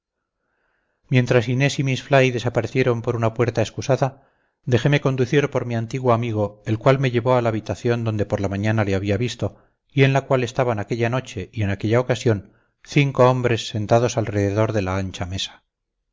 mientras inés y miss fly desaparecieron por una puerta excusada dejeme conducir por mi antiguo amigo el cual me llevó a la habitación donde por la mañana le había visto y en la cual estaban aquella noche y en aquella ocasión cinco hombres sentados alrededor de la ancha mesa